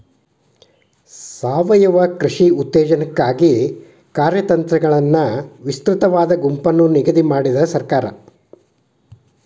ಸಾವಯವ ಕೃಷಿ ಉತ್ತೇಜನಕ್ಕಾಗಿ ಕಾರ್ಯತಂತ್ರಗಳನ್ನು ವಿಸ್ತೃತವಾದ ಗುಂಪನ್ನು ನಿಗದಿ ಮಾಡಿದೆ ಸರ್ಕಾರ